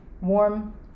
warm